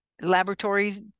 laboratories